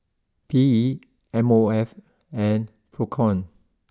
P E M O F and Procom